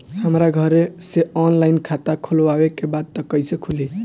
हमरा घरे से ऑनलाइन खाता खोलवावे के बा त कइसे खुली?